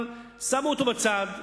אבל שמו אותו בצד,